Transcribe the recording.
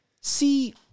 see